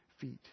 feet